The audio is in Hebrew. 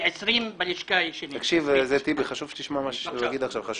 יושב-ראש הלשכה כבר הכריז שמהרגע שהחוק